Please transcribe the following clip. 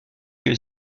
you